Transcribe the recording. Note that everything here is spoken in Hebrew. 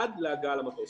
עד להגעה למטוס.